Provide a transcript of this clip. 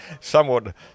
somewhat